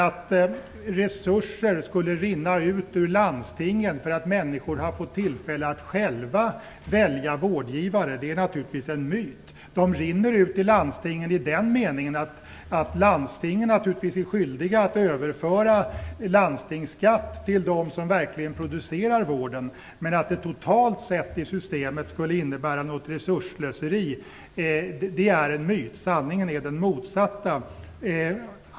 Att resurser skulle rinna ut ur landstingen för att människor har fått tillfälle att själva välja vårdgivare är naturligtvis en myt. Resurser rinner ut i landstingen i den meningen att landstingen är skyldiga att överföra landstingsskatt till dem som verkligen producerar vården. Men att systemet totalt sett skulle innebära något resursslöseri är en myt. Sanningen är den motsatta.